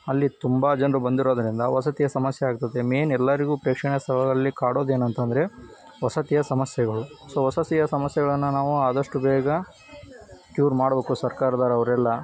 ಅಲ್ಲಿ ತುಂಬ ಜನ್ರ ಬಂದಿರೋದರಿಂದ ವಸತಿಯ ಸಮಸ್ಯೆ ಆಗ್ತದೆ ಮೇಯ್ನ್ ಎಲ್ಲರಿಗೂ ಪ್ರೇಕ್ಷಣೀಯ ಸ್ಥಳಗಳಲ್ಲಿ ಕಾಡೋದು ಏನಂತ ಅಂದ್ರೆ ವಸತಿಯ ಸಮಸ್ಯೆಗಳು ಸೊ ವಸತಿಯ ಸಮಸ್ಯೆಗಳನ್ನು ನಾವು ಆದಷ್ಟು ಬೇಗ ಕ್ಯೂರ್ ಮಾಡಬೇಕು ಸರ್ಕಾರದವ್ರು ಅವರೆಲ್ಲ